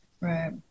right